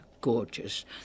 gorgeous